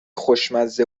خوشمزه